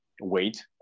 wait